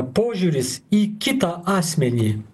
požiūris į kitą asmenį